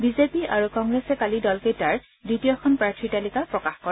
BJP আৰু কংগ্ৰেছে কালি দলকেইটাৰ দ্বিতীয়খন প্ৰাৰ্থী তালিকা প্ৰকাশ কৰে